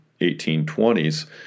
1820s